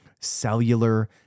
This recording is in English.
cellular